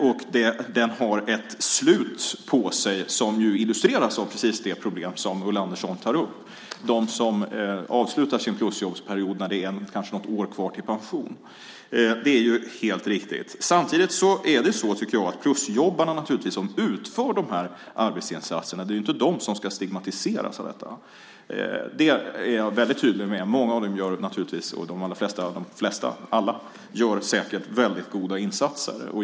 Plusjobben har också ett slut, som illustreras av precis det problem som Ulla Andersson tar upp om dem som avslutar sin plusjobbsperiod när det är något år kvar till pension. Samtidigt är det naturligtvis så att plusjobbarna utför arbetsinsatserna. Det är inte de som ska stigmatiseras av detta. Det är jag väldigt tydlig med. Många av dem, de allra flesta - alla! - gör säkert väldigt goda insatser.